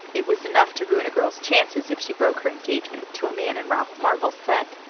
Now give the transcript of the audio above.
it was enough to ruin a girl's chances if she broke her engagement to a man in ralph marvell's set.